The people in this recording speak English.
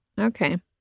Okay